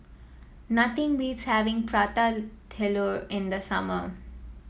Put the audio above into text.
nothing beats having Prata Telur in the summer